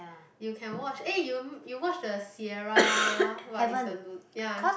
you can watch eh you you watch the sierra what is the lu~ ya